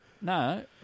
No